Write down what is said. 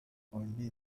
only